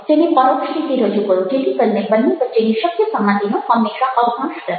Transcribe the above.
તેને પરોક્ષ રીતે રજૂ કરો જેથી કરીને બંને વચ્ચેની શક્ય સંમતિનો હંમેશા અવકાશ રહે